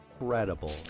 incredible